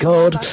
God